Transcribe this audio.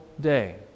day